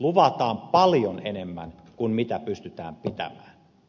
luvataan paljon enemmän kuin pystytään pitämään